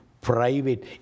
private